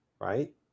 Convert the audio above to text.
right